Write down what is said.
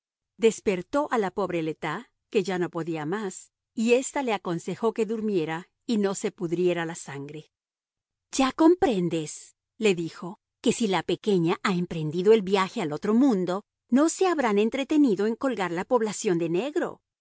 despertó a la pobre le tas que ya no podía más y ésta le aconsejó que durmiera y no se pudriera la sangre ya comprendes le dijo que si la pequeña ha emprendido el viaje al otro mundo no se habrán entretenido en colgar la población de negro